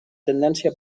tendència